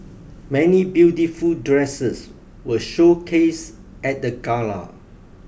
many beautiful dresses were showcased at the gala